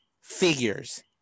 figures